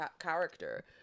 character